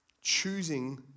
Choosing